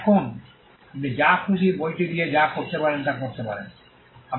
এখন আপনি যা খুশি বইটি দিয়ে যা করতে পারেন তা করতে পারেন